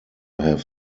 have